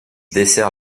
dessert